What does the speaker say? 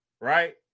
Right